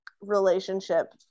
relationship